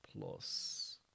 plus